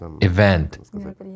event